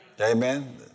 Amen